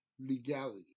legality